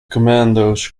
commandos